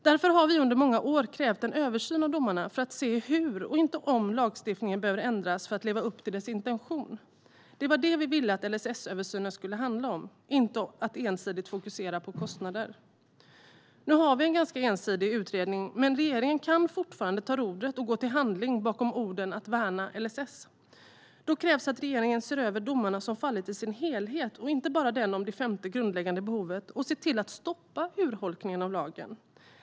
Därför har vi under många år krävt en översyn av domarna för att se hur, inte om, lagstiftningen behöver ändras för att leva upp till sin intention. Det var det vi ville att LSS-översynen skulle handla om, inte om att ensidigt fokusera på kostnader. Nu har vi en ganska ensidig utredning, men regeringen kan fortfarande ta rodret och gå till handling när det gäller orden om att värna LSS. Då krävs att regeringen ser över de domar som fallit i deras helhet, inte bara den om det femte grundläggande behovet, och ser till att stoppa urholkningen av lagen.